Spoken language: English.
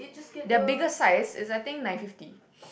their bigger size is I think nine fifty